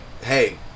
Hey